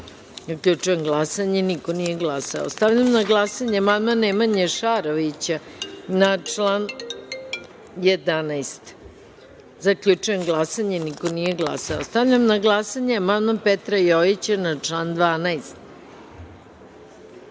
64.Zaključujem glasanje: niko nije glasao. Stavljam na glasanje amandman Nemanje Šarovića na član 67.Zaključujem glasanje: niko nije glasao. Stavljam na glasanje amandman Aleksandra Šešelja na član